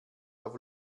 auf